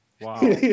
Wow